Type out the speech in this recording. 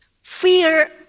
fear